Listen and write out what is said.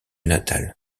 natal